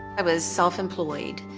i was self-employed.